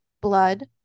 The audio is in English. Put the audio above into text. blood